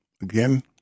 again